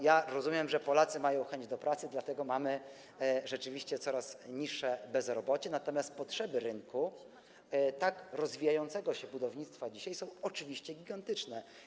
Ja rozumiem, że Polacy mają chęć do pracy, dlatego mamy rzeczywiście coraz niższe bezrobocie, natomiast potrzeby rynku tak rozwijającego się budownictwa są dzisiaj oczywiście gigantyczne.